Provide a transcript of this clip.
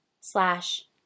Slash